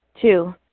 Two